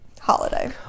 holiday